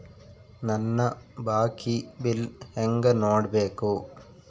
ನನ್ನ ಬಾಕಿ ಬಿಲ್ ಹೆಂಗ ನೋಡ್ಬೇಕು?